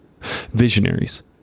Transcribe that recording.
Visionaries